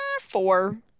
Four